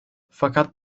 fakat